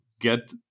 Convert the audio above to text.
get